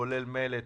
כולל מלט,